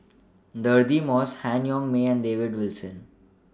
Deirdre Moss Han Yong May and David Wilson